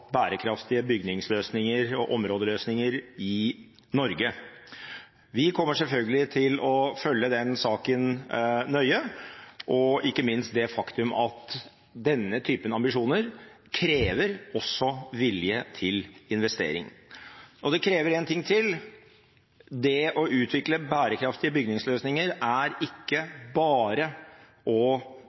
bærekraftige bygningsløsninger og områdeløsninger i Norge. Vi kommer selvfølgelig til å følge denne saken nøye – ikke minst det faktum at denne typen ambisjoner også krever vilje til investering. Og det krever én ting til: Det å utvikle bærekraftige bygningsløsninger er ikke bare å